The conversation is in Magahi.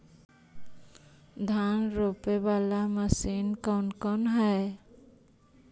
धान रोपी बाला मशिन कौन कौन है?